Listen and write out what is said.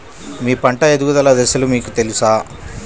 మీ పంట ఎదుగుదల దశలు మీకు తెలుసా?